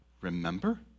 remember